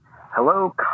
Hello